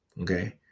Okay